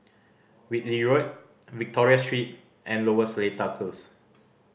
Whitley Road Victoria Street and Lower Seletar Close